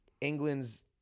England's